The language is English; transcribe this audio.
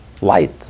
light